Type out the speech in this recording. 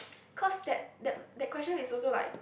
cause that that that question is also like